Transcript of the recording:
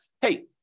hey